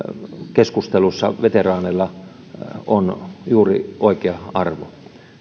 keskustelussa veteraaneilla on juuri oikea arvo